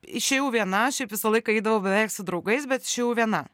išėjau viena šiaip visą laiką eidavau beveik su draugais bet išėjau viena